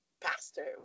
pastor